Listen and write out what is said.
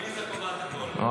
עליזה קובעת גם בממשלה הזאת.